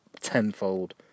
tenfold